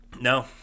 no